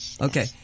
Okay